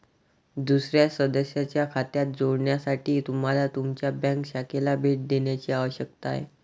दुसर्या सदस्याच्या खात्यात जोडण्यासाठी तुम्हाला तुमच्या बँक शाखेला भेट देण्याची आवश्यकता आहे